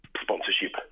sponsorship